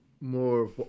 more